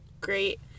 great